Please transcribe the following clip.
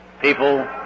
People